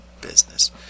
business